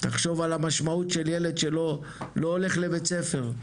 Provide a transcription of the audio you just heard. תחשוב על המשמעות של ילד שלא הולך לבית ספר,